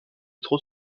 métro